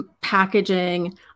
packaging